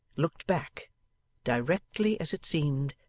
looked back directly, as it seemed,